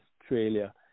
australia